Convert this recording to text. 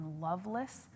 loveless